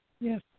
Yes